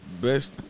best